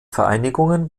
vereinigungen